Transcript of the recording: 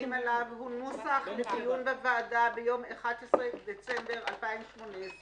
שמצביעים עליו הוא נוסח לדיון בוועדה ביום 11 בדצמבר 2018,